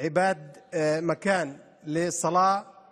מסגד אל-אקצא הוא מקום של פולחן,